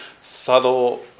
subtle